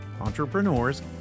entrepreneurs